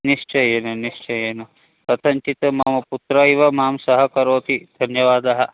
निश्चयेन निश्चयेन कथञ्चित् मम पुत्रैव मां सह करोति धन्यवादः